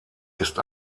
ist